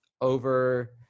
over